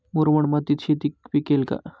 मुरमाड मातीत शेती पिकेल का?